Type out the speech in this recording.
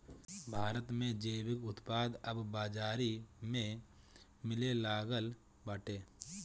भारत में जैविक उत्पाद अब बाजारी में मिलेलागल बाटे